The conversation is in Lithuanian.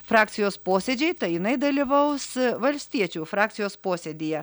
frakcijos posėdžiai tai jinai dalyvaus valstiečių frakcijos posėdyje